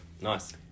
Nice